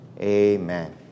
amen